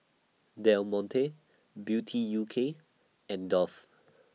Del Monte Beauty U K and Dove